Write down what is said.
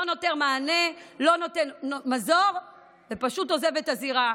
לא נותן מענה, לא נותן מזור ופשוט עוזב את הזירה.